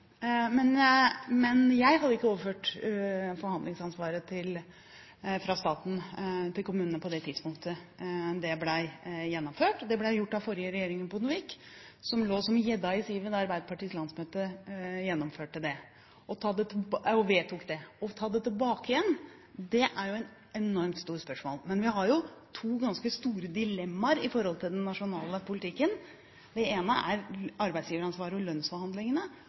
men jeg hadde ikke overført forhandlingsansvaret fra staten til kommunene på det tidspunktet det ble gjennomført. Det ble gjort av den forrige regjeringen, Bondevik, som lå som gjedda i sivet da Arbeiderpartiets landsmøte vedtok det. Å ta det tilbake er et enormt stort spørsmål, men vi har to ganske store dilemmaer når det gjelder den nasjonale politikken. Det ene er arbeidsgiveransvaret og lønnsforhandlingene,